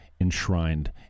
enshrined